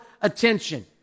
attention